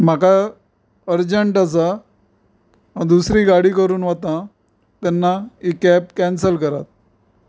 म्हाका अर्जंट आसा हांव दुसरी गाडी करून वता तेन्ना ही कॅब कँसल करात